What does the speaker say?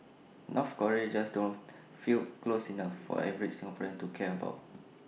North Korea just doesn't feel close enough for the average Singaporean to care about